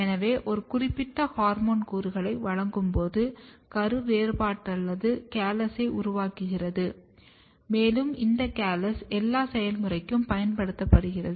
எனவே ஒரு குறிப்பிட்ட ஹார்மோன் கூறுகளை வழங்கும்போது கரு வேறுபாடிழந்த கேலஸை உருவாக்குகிறது மேலும் இந்த கேலஸ் எல்லா செயல்முறைக்கு பயன்படுத்தப்படுகிறது